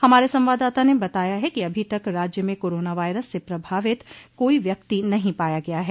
हमारे संवाददाता ने बताया है कि अभी तक राज्य में कोरोना वायरस से प्रभावित कोई व्यक्ति नहीं पाया गया है